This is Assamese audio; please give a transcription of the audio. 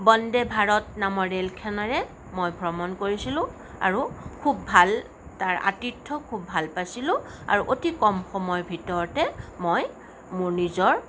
বন্দে ভাৰত নামৰ ৰেলখনেৰে মই ভ্ৰমণ কৰিছিলোঁ আৰু খুব ভাল তাৰ আতিথ্য খুব ভাল পাইছিলোঁ আৰু অতি কম সময়ৰ ভিতৰতে মই মোৰ নিজৰ